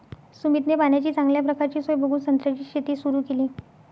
सुमितने पाण्याची चांगल्या प्रकारची सोय बघून संत्र्याची शेती सुरु केली